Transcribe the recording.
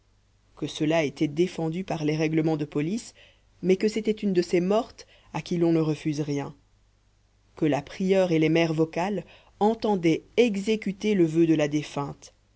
que cela était défendu par les règlements de police mais que c'était une de ces mortes à qui l'on ne refuse rien que la prieure et les mères vocales entendaient exécuter le voeu de la défunte